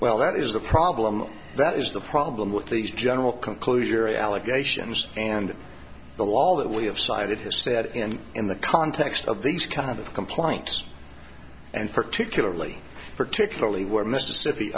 well that is the problem that is the problem with these general conclusion allegations and the law that we have cited has said and in the context of these kinds of complaints and particularly particularly where mississippi